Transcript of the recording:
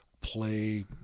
play